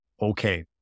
Okay